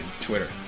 Twitter